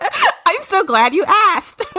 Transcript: i'm so glad you asked